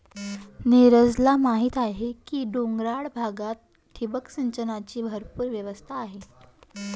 नीरजला माहीत आहे की डोंगराळ भागात ठिबक सिंचनाची भरपूर व्यवस्था आहे